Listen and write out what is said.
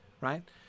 right